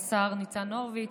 השר ניצן הורביץ,